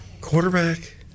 quarterback